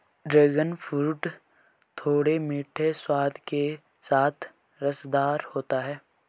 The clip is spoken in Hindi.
ड्रैगन फ्रूट थोड़े मीठे स्वाद के साथ रसदार होता है